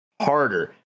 harder